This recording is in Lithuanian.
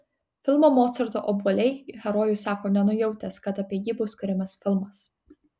filmo mocarto obuoliai herojus sako nenujautęs kad apie jį bus kuriamas filmas